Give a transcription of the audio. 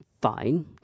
fine